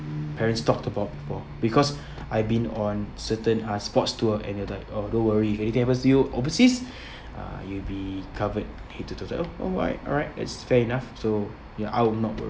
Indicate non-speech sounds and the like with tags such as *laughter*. parents talked about before because I've been on certain uh sports tour and they were like oh don't worry if anything happens to you overseas *breath* uh you'll be covered head to toe so I oh alright alright that's fair enough so ya I will not worry